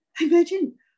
imagine